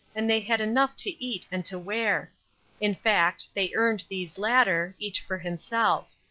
and they had enough to eat and to wear in fact they earned these latter, each for himself.